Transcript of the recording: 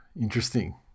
Interesting